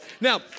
Now